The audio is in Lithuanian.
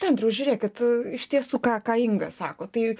tai andriau žiūrėkit iš tiesų ką ką inga sako tai